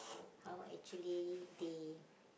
how actually they